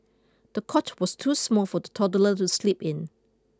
the cot was too small for the toddler to sleep in